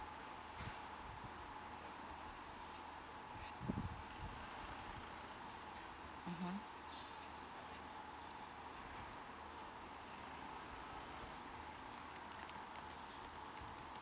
mmhmm